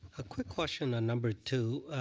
a quick question on number two.